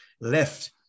left